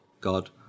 God